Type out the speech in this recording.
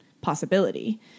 possibility